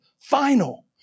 Final